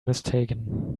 mistaken